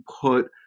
put